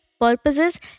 purposes